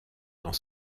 dans